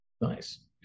Nice